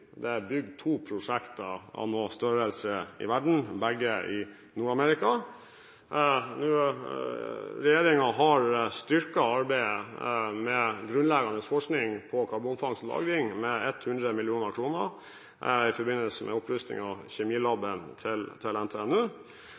Det er bygd to prosjekter av noe størrelse i verden, begge i Nord-Amerika. Regjeringen har styrket arbeidet med grunnleggende forskning på karbonfangst og -lagring med 100 mill. kr i forbindelse med en opprustning av kjemilabben ved NTNU,